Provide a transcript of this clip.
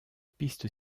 piste